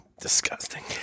Disgusting